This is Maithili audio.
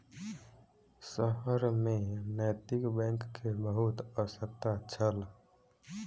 शहर में नैतिक बैंक के बहुत आवश्यकता छल